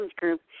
Group